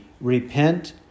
Repent